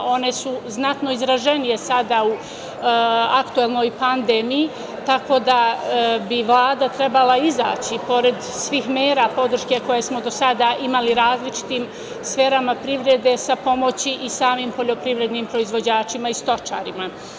One su znatno izraženije sada u aktuelnoj pandemiji, tako da bi Vlada trebala izaći pored svih mera podrške koje smo do sada imali različitim sferama privrede sa pomoći i samim poljoprivrednim proizvođačima i stočarima.